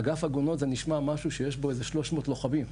אגף עגונות זה נשמע משהו שיש בו איזה 300 לוחמים.